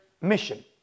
mission